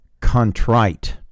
contrite